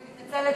אני מתנצלת,